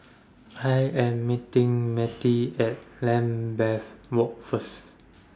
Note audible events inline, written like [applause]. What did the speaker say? [noise] I Am meeting Mettie At Lambeth Walk First